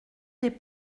des